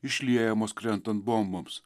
išliejamos krentant bomboms